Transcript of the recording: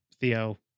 Theo